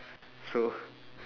so